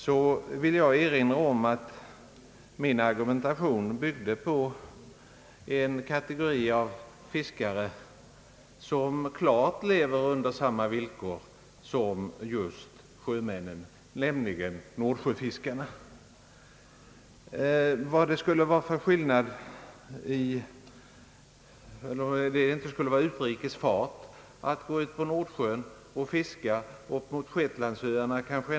Jag vill erinra om att min argumentation byggde på en kategori fiskare, som klart lever under samma villkor som sjömännen, nämligen nordsjöfiskarna. Vad är det för skillnad mellan att gå i utrikesfart och att gå ut på Nordsjön, som fiskarna gör?